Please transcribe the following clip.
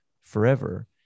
forever